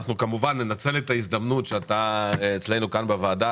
אנחנו כמובן ננצל את ההזדמנות שאתה אצלנו בוועדה,